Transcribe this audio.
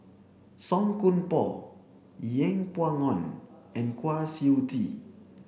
Song Koon Poh Yeng Pway Ngon and Kwa Siew Tee